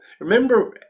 remember